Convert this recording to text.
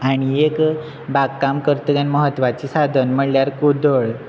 आनी एक बागकाम करता तेन्ना म्हत्वाचें साधन म्हणल्यार कुदळ